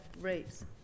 rates